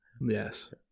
yes